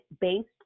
based